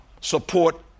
support